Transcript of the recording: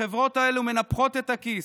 החברות האלה מנפחות את הכיס.